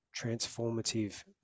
transformative